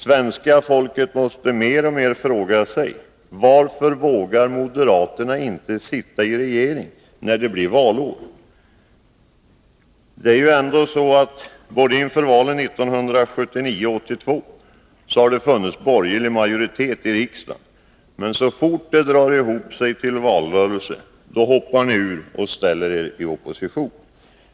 Svenska folket måste mer och mer fråga sig: Varför vågar moderaterna inte sitta i regeringen när det blir valår? Både inför valet 1979 och inför valet 1982 har det funnits borgerlig majoritet i riksdagen, men så fort det drar ihop sig till valrörelse, hoppar ni ur och ställer er i opposition.